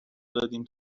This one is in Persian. دادیم